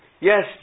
Yes